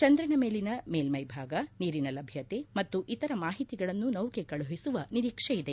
ಚಂದ್ರನ ಮೇಲನ ಮೇಲ್ಯೆ ಭಾಗ ನೀರಿನ ಲಭ್ಞತೆ ಮತ್ತು ಇತರ ಮಾಹಿತಿಗಳನ್ನು ನೌಕೆ ಕಳುಹಿಸುವ ನಿರೀಕ್ಷೆಯಿದೆ